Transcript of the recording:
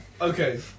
Okay